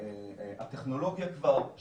אנחנו עכשיו